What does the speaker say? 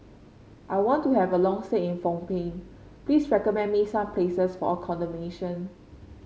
I want to have a long stay in Phnom Penh please recommend me some places for accommodation